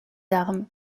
armes